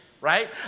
Right